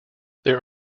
there